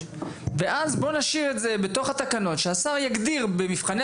ואז בוא נשאיר את זה בתוך התקנות שהשר יגדיר במבחני